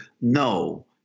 no